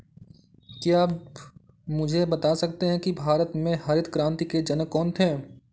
क्या आप मुझे बता सकते हैं कि भारत में हरित क्रांति के जनक कौन थे?